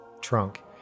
trunk